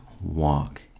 walk